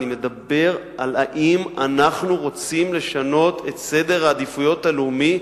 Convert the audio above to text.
אני מדבר על האם אנחנו רוצים לשנות את סדר העדיפויות הלאומי,